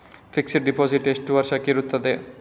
Fixed deposit ಎಷ್ಟು ವರ್ಷಕ್ಕೆ ಇರುತ್ತದೆ?